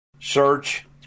search